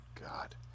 God